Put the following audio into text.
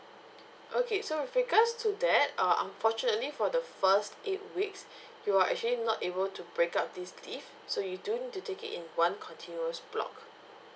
okay so with regards to that uh unfortunately for the first eight weeks you're actually not able to break up these leave so you do need to take it in one continuous block